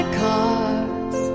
cards